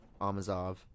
Amazov